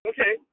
Okay